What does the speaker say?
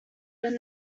than